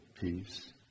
peace